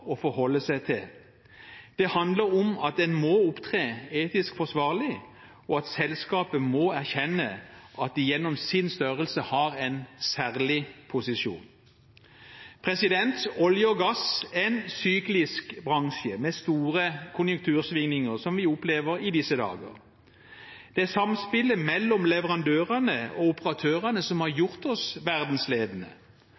å forholde seg til. Det handler om at en må opptre etisk forsvarlig, og at selskapet må erkjenne at de gjennom sin størrelse har en særlig posisjon. Olje og gass er en syklisk bransje med store konjunktursvingninger, som vi opplever i disse dager. Det er samspillet mellom leverandørene og operatørene som har